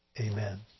Amen